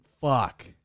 Fuck